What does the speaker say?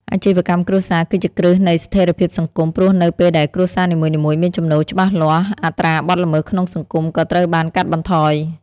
អាជីវកម្មគ្រួសារគឺជាគ្រឹះនៃស្ថិរភាពសង្គម ព្រោះនៅពេលដែលគ្រួសារនីមួយៗមានចំណូលច្បាស់លាស់ អត្រាបទល្មើសក្នុងសង្គមក៏ត្រូវបានកាត់បន្ថយ។